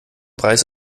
preis